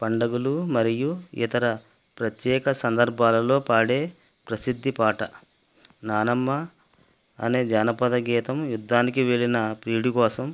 పండుగలు మరియు ఇతర ప్రత్యేక సందర్భాలలో పాడే ప్రసిద్ధ పాట నానమ్మ అనే జానపదగీతం యుద్ధానికి వెళ్ళిన ప్రియుడికోసం